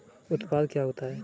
उत्पाद क्या होता है?